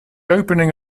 opening